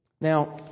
Now